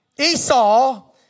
Esau